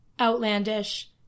outlandish